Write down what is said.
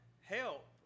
help